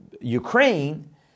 Ukraine